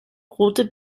rote